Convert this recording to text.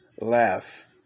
Laugh